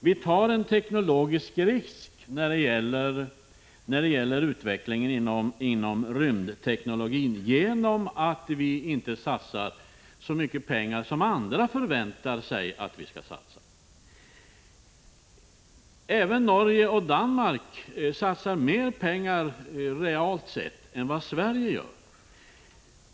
Vi tar en stor risk när det gäller utvecklingen inom rymdteknologin genom att inte satsa så mycket pengar som andra förväntar sig att vi skall satsa. Även Norge och Danmark satsar mer pengar, relativt sett, än vad Sverige gör.